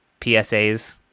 PSAs